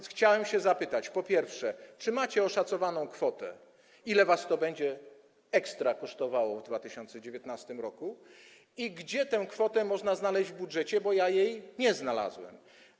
Chciałem zapytać, czy macie oszacowaną kwotę, ile was to będzie ekstra kosztowało w 2019 r. i gdzie tę kwotę można znaleźć w budżecie, bo ja jej nie znalazłem.